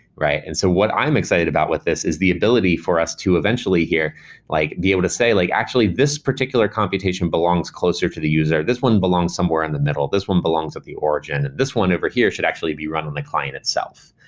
and so what i'm excited about with this is the ability for us to eventually like be able to say like, actually, this particular computation belongs closer to the user. this one belongs somewhere in the middle. this one belongs of the origin. this one over here should actually be run on the client itself.